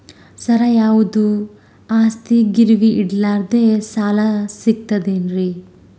ಸರ, ಯಾವುದು ಆಸ್ತಿ ಗಿರವಿ ಇಡಲಾರದೆ ಸಾಲಾ ಸಿಗ್ತದೇನ್ರಿ?